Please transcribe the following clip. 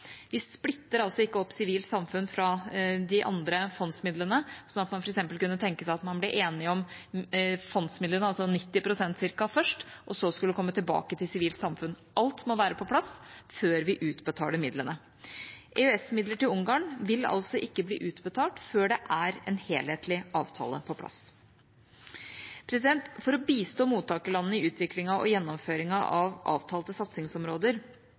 Vi splitter altså ikke opp sivilt samfunn fra de andre fondsmidlene – man kunne f.eks. tenke seg at man ble enige om fondsmidlene, altså ca. 90 pst. først, og så komme tilbake til sivilt samfunn. Alt må være på plass før vi utbetaler midlene. EØS-midler til Ungarn vil altså ikke bli utbetalt før det er en helhetlig avtale på plass. For å bistå mottakerlandene i utviklingen og gjennomføringen av avtalte satsingsområder